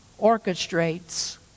orchestrates